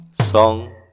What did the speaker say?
Song